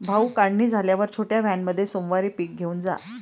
भाऊ, काढणी झाल्यावर छोट्या व्हॅनमध्ये सोमवारी पीक घेऊन जा